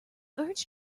urge